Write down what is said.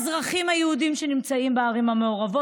האזרחים היהודים שנמצאים בערים המעורבות,